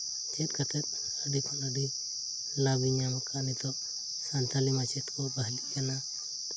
ᱪᱮᱫ ᱠᱟᱛᱮ ᱟᱹᱰᱤ ᱠᱷᱟᱱ ᱟᱹᱰᱤ ᱞᱟᱵᱤᱧ ᱧᱟᱢ ᱠᱟᱜᱼᱟ ᱱᱤᱛᱳᱜ ᱥᱟᱱᱛᱟᱲᱤ ᱢᱟᱪᱮᱫ ᱠᱚ ᱵᱟᱦᱟᱞᱤᱜ ᱠᱟᱱᱟ